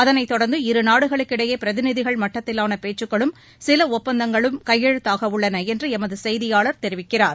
அதனைத் தொடர்ந்து இருநாடுகளுக்கு இடையே பிரதிநிதிகள் மட்டத்திலான பேச்சுக்களும் சில ஒப்பந்தங்களும் கையெழுத்தாகவுள்ளன என்று எமது செய்தியாளர் தெரிவிக்கிறார்